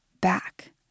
back